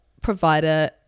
provider